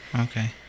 okay